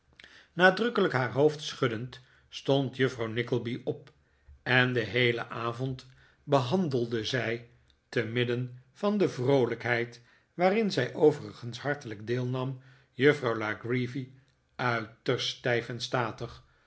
haar hoofd schuddend stond juffrouw nickleby op en den heelen avond behandelde zij te midden van de vroolijkheid waarin zij overigens hartelijk deelnam juffrouw la creevy uiterst stijf en statig